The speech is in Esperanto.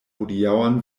hodiaŭan